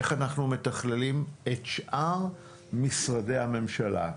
איך אנחנו מתכללים את שאר משרדי הממשלה?